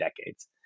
decades